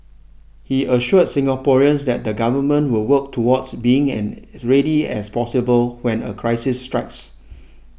he assured Singaporeans that the government will work towards being and as ready as possible when a crisis strikes